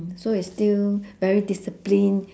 so it's still very discipline